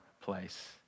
place